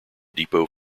depot